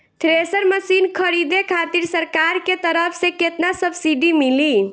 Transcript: Thresher machine खरीदे खातिर सरकार के तरफ से केतना सब्सीडी मिली?